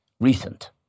recent